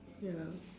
ya